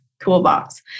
toolbox